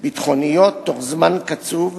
הביטחוניות בתוך זמן קצוב,